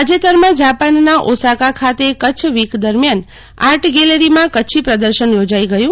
તાજેતરમાં જાપાનના ઓસાકા ખાતે કચ્છ વિક દરમિયાન આર્ટ ગેલેનીમાં કચ્છી પ્રદર્શન રોજાઈ ગયું